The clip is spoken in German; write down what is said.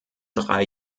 drei